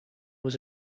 was